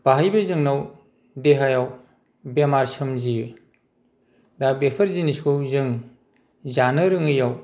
बेहायबो जोंनाव देहायाव बेमार सोमजियो दा बेफोर जिनिसखौ जों जानो रोङैयाव